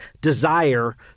desire